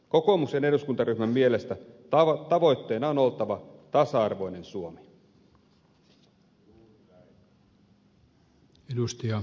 kokoomuksen eduskuntaryhmän mielestä tavoitteena on oltava tasa arvoinen suomi